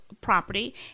property